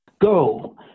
Go